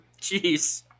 Jeez